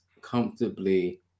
comfortably